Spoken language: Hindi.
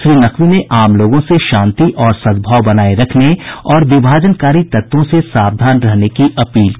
श्री नकवी ने आम लोगों से शांति और सद्भाव बनाए रखने और विभाजनकारी तत्वों से सावधान रहने की अपील की